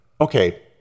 okay